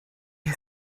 ihr